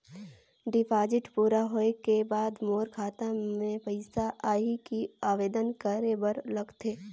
Deposit पूरा होय के बाद मोर खाता मे पइसा आही कि आवेदन करे बर लगथे?